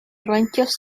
ranchos